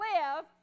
live